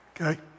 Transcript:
okay